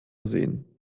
sehen